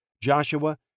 Joshua